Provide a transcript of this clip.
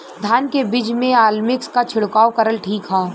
धान के बिज में अलमिक्स क छिड़काव करल ठीक ह?